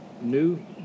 New